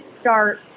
start